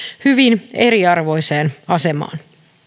hyvin eriarvoiseen asemaan